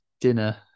dinner